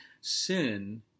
sin